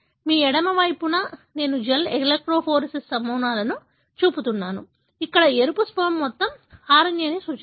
మీ ఎడమ వైపున నేను జెల్ ఎలెక్ట్రోఫోరేసిస్ నమూనాను చూపుతున్నాను ఇక్కడ ఎరుపు స్మెర్ మొత్తం RNA ని సూచిస్తుంది